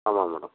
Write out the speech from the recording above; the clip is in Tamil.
ஆமாம் மேடம்